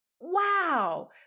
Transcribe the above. Wow